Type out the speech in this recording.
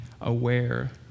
aware